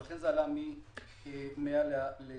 ולכן זה עלה מ-100 ל-400.